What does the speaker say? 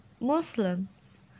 Muslims